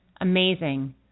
amazing